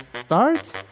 starts